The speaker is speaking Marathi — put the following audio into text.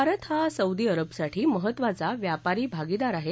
भारत हा सौदी अरबसाठी महत्त्वाचा व्यापारी भागीदार आहे